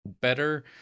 better